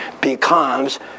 becomes